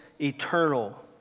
eternal